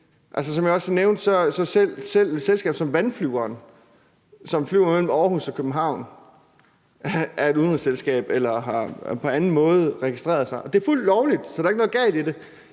Som jeg også nævnte, er selv et selskab som Nordic Seaplanes, der flyver med vandflyver mellem Aarhus og København, et udenrigsselskab eller har på anden måde registreret sig. Det er fuldt lovligt, så der er ikke noget galt i det,